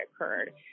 occurred